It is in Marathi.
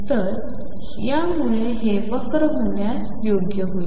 तर यामुळे हे वक्र होण्यास योग्य होईल